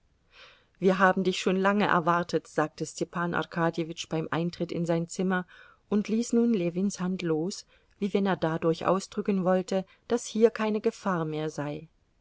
wir haben dich schon lange erwartet sagte stepan arkadjewitsch beim eintritt in sein zimmer und ließ nun ljewins hand los wie wenn er dadurch ausdrücken wollte daß hier keine gefahr mehr sei